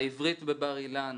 בעברית, בבר אילן